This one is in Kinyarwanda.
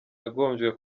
yagombye